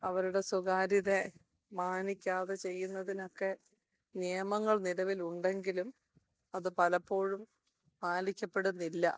അവരുടെ സ്വകാര്യതയെ മാനിക്കാതെ ചെയ്യുന്നതിനൊക്കെ നിയമങ്ങൾ നിലവിലുണ്ടെങ്കിലും അത് പലപ്പോഴും പാലിക്കപ്പെടുന്നില്ല